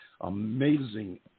amazing